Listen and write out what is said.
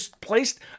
placed